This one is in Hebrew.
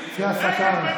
אל תשקר.